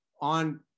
on